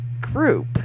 group